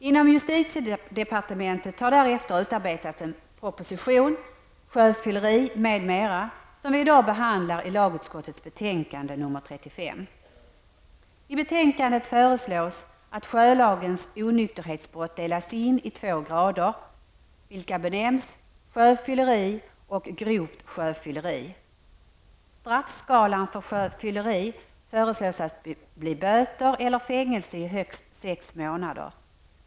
Inom justitiedepartementet har därefter utarbetats en proposition, Sjöfylleri m.m., som behandlas i lagutskottets betänkande nr 35, det betänkande som vi i dag diskuterar. I betänkandet föreslås att sjölagens onykterhetsbrott delas in i två grader, vilka benämns sjöfylleri och grovt sjöfylleri. Straffskalan för sjöfylleri föreslås att bli böter eller fängelse i högst sex månader.